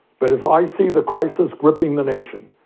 but as i see the crisis gripping the nation,